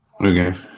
Okay